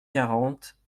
quarante